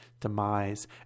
demise